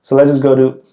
so let's just go to